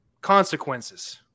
consequences